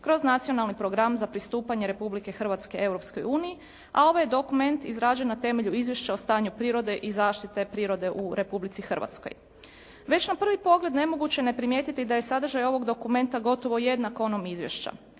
kroz nacionalni program za pristupanje Republike Hrvatske Europskoj uniji, a ovaj je dokument izražen na temelju izvješća o stanju prirode i zaštite prirode u Republici Hrvatskoj. Već na prvi pogled nemoguće je ne primijetiti da je sadržaj ovog dokumenta gotovo jednak onom izvješća.